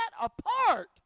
apart